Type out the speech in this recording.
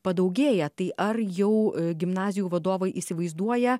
padaugėja tai ar jau gimnazijų vadovai įsivaizduoja